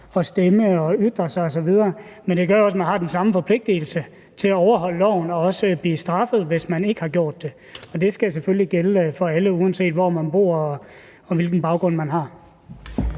at stemme og ytre sig osv., men det gør også, at man har den samme forpligtelse til at overholde loven og også blive straffet, hvis man ikke har gjort det. Det skal selvfølgelig gælde for alle, uanset hvor man bor, og hvilken baggrund man har.